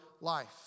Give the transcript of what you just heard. life